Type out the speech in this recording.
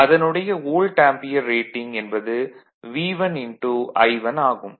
எனவே அதனுடைய volt ampere rating என்பது V1 I1 ஆகும்